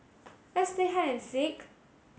let's play hide and seek